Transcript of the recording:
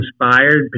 inspired